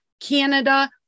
Canada